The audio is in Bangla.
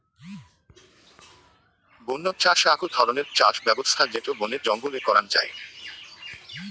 বন্য চাষ আক ধরণের চাষ ব্যবছস্থা যেটো বনে জঙ্গলে করাঙ যাই